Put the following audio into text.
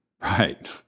Right